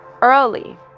early